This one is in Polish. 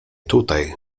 tutaj